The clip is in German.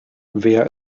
wer